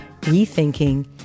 Rethinking